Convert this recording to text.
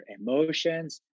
emotions